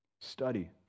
Study